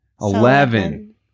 eleven